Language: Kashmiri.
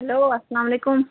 ہٮ۪لو اسلام علیکُم